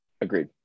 Agreed